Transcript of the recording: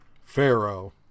pharaoh